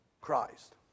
Christ